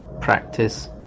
practice